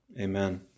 Amen